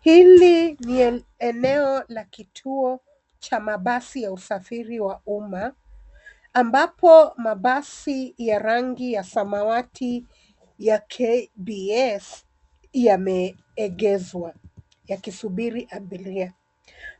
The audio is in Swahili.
Hili ni eneo la kituo cha mabasi ya usafiri wa umma ambapo mabasi ya rangi ya samawati ya KBS yameegeshwa yakisubiri abiria.